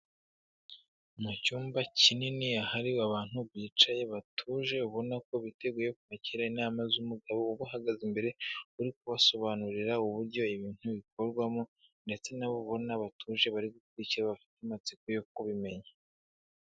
Mu cyumba kinini ahari abantu bicaye batuje, ubona ko biteguye kwakira inama z'umugabo ubahagaze imbere uri kubasobanurira uburyo ibintu bikorwamo ndetse nabo ubona batuje bari gukurikike, bafite amatsiko yo kubimenya.